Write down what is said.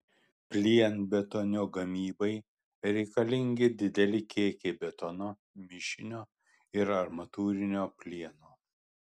plienbetonio gamybai reikalingi dideli kiekiai betono mišinio ir armatūrinio plieno